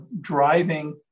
driving